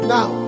Now